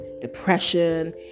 depression